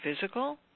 physical